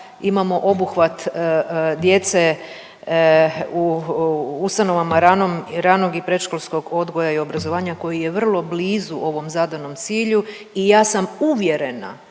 imamo obuhvat djece u ustanovama ranom, ranog i predškolskog odgoja i obrazovanja koji je vrlo blizu ovom zadanom cilju i ja sam uvjerena